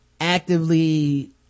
actively